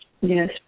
Yes